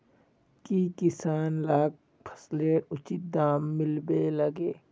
की किसान लाक फसलेर उचित दाम मिलबे लगे?